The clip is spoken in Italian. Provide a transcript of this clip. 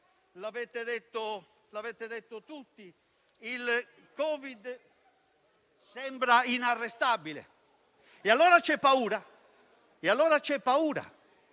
l'avete detto tutti: il Covid sembra inarrestabile. Allora c'è paura,